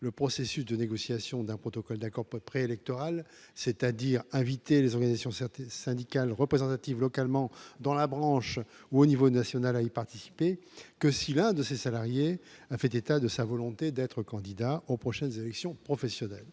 le processus de négociation d'un protocole d'accord pas de pré-électorales, c'est-à-dire inviter les organisations certes syndicales représentatives localement dans la branche ou au niveau national à y participer que si l'un de ses salariés, a fait état de sa volonté d'être candidat aux prochaines élections professionnelles,